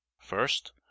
first